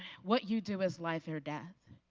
what you do is life or death.